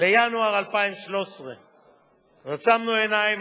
לינואר 2013. אז עצמנו עיניים,